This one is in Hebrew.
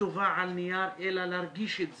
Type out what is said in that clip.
כתובה על נייר, אלא להרגיש את זה.